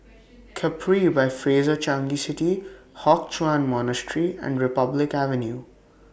Capri By Fraser Changi City Hock Chuan Monastery and Republic Avenue